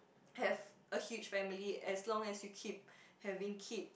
have a huge family as long as you keep having kids